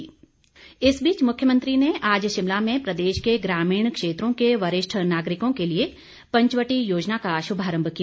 पंचवटी इस बीच मुख्यमंत्री ने आज शिमला में प्रदेश के ग्रामीण क्षेत्रों के वरिष्ठ नागरिकों के लिए पंचवटी योजना का श्भारम्म किया